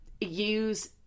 use